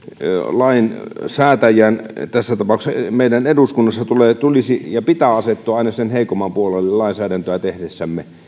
lainsäätäjien tässä tapauksessa meidän eduskunnassa pitää asettua aina sen heikomman puolelle lainsäädäntöä tehdessämme